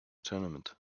tournament